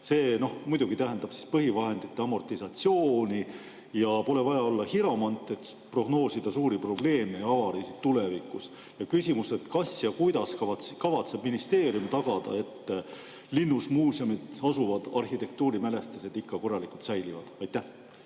See muidugi tähendab põhivahendite amortisatsiooni ja pole vaja olla hiromant, et prognoosida suuri probleeme ja avariisid tulevikus. Kas ja kuidas kavatseb ministeerium tagada, et linnusmuuseumides asuvad arhitektuurimälestised ikka korralikult säilivad? Aitäh,